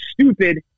stupid